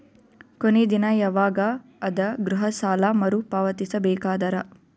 ಕೊನಿ ದಿನ ಯವಾಗ ಅದ ಗೃಹ ಸಾಲ ಮರು ಪಾವತಿಸಬೇಕಾದರ?